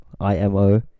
I-M-O